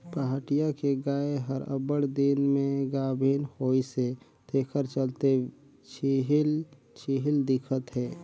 पहाटिया के गाय हर अब्बड़ दिन में गाभिन होइसे तेखर चलते छिहिल छिहिल दिखत हे